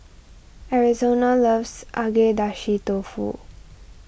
Arizona loves Agedashi Dofu